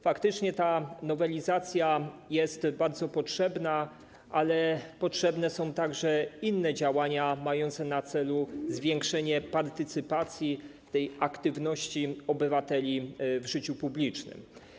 Faktycznie ta nowelizacja jest bardzo potrzebna, ale potrzebne są także inne działania mające na celu zwiększenie partycypacji tej aktywności obywateli w życiu publicznym.